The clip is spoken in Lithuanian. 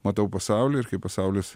matau pasaulį ir kaip pasaulis